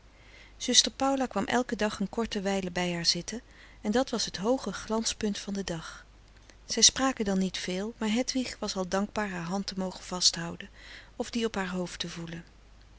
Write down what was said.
zuster paula kwam elken dag een korte wijle bij haar zitten en dat was het hooge glanspunt van den dag zij spraken dan niet veel maar hedwig was al dankbaar haar hand te mogen vasthouden of die op haar hoofd te voelen